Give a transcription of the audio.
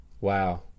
Wow